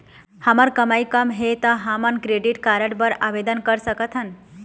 हमर कमाई कम हे ता हमन क्रेडिट कारड बर आवेदन कर सकथन?